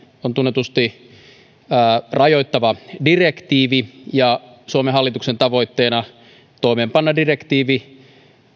on rajoittava direktiivi ja suomen hallituksen tavoitteena on toimeenpanna direktiivi